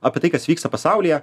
apie tai kas vyksta pasaulyje